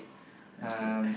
um